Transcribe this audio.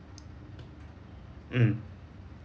mm